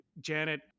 Janet